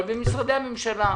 אבל במשרדי הממשלה,